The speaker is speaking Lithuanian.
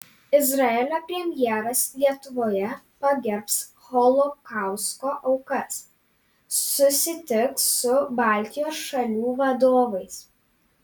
izraelio premjeras lietuvoje pagerbs holokausto aukas susitiks su baltijos šalių vadovais